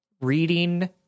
reading